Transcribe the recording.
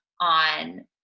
on